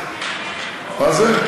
מה זה?